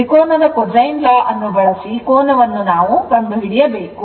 ತ್ರಿಕೋನದ cosine law ಅನ್ನು ಬಳಸಿ ಕೋನವನ್ನು ನಾವು ಕಂಡುಹಿಡಿಯಬೇಕು